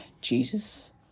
Jesus